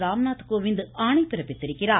ராம்நாத் கோவிந்த் ஆணை பிறப்பித்திருக்கிறார்